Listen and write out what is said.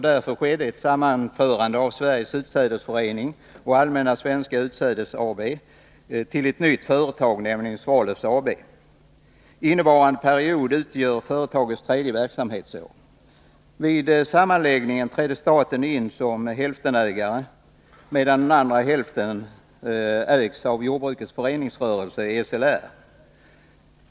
Därför skedde ett sammanförande av Sveriges Utsädesförening och Allmänna Svenska Utsädes AB till ett nytt företag, Svalöf AB. Innevarande period utgör företagets tredje verksamhetsår. Vid sammanläggningen trädde staten in som hälftenägare, medan den andra hälften ägs av jordbrukets föreningsrörelse SLR.